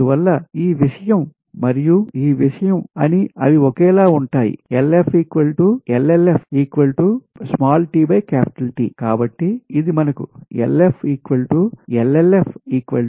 అందువల్ల ఈ విషయం మరియు ఈ విషయం అవి ఒకేలా ఉంటాయి LF LLF కాబట్టి ఇది మనకు LF LLF సరే